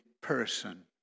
person